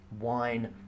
wine